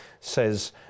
says